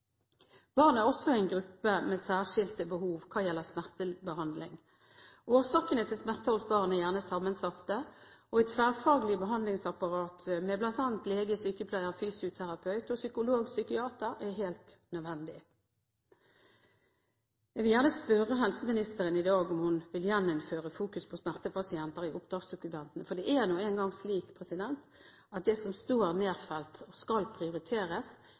Barn er også en gruppe med særskilte behov når det gjelder smertebehandling. Årsakene til smerter hos barn er gjerne sammensatte. Et tverrfaglig behandlingsapparat med bl.a. lege, sykepleier, fysioterapeut og psykolog/psykiater er derfor helt nødvendig. Jeg vil gjerne spørre helseministeren i dag om hun vil gjeninnføre fokus på smertepasienter i oppdragsdokumentene, for det er jo slik at det som står nedfelt skal prioriteres.